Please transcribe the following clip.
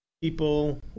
people